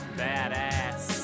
badass